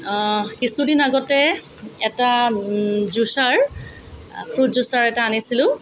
অঁ কিছুদিন আগতে এটা জুচাৰ ফ্ৰুট জুচাৰ এটা আনিছিলোঁ